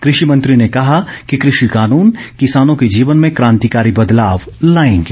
कृषि मंत्री ने कहा कि कृषि कानून किसानों के जीवन में कांतिकारी बदलाव लाएंगे